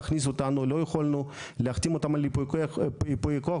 קודם כל לגבי הנקודות המרוכזות כרגע שאנחנו נותנים טיפול למשנה מעמד,